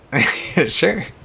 Sure